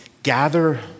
Gather